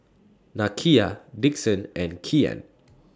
Nakia Dixon and Kian